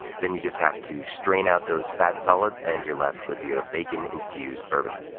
then you just have to strain out those fat solids, and you're left with your bacon-infused bourbon.